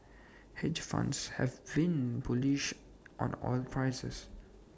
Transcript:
hedge funds have been bullish on oil prices